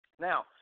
Now